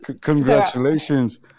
Congratulations